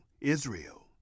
israel